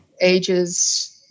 ages